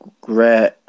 great